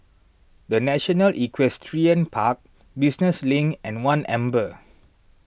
the National Equestrian Park Business Link and one Amber